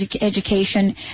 education